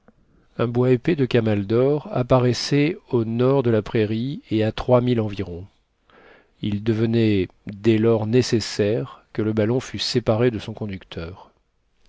un bois épais de camaldores apparaissait au nord de la prairie et à trois milles environ il devenait dès lors nécessaire que le ballon fût séparé de son conducteur